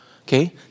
okay